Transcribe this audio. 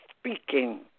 speaking